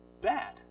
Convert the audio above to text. bad